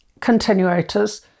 continuators